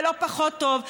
ולא פחות טוב.